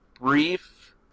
brief